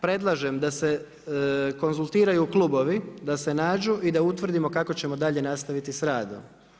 Predlažem da se konzultiraju klubovi, da se nađu i da utvrdimo kako ćemo dalje nastaviti sa radom.